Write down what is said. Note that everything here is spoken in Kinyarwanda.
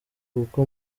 kuko